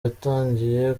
yatangiye